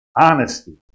honesty